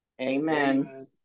Amen